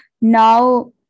now